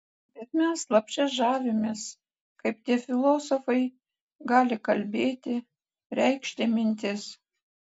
bet mes slapčia žavimės kaip tie filosofai gali kalbėti reikšti mintis